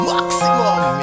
Maximum